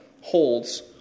holds